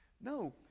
No